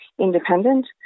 independent